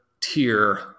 tier